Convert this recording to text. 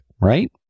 right